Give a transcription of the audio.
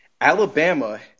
Alabama